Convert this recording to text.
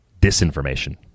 disinformation